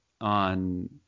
on